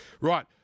Right